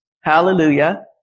Hallelujah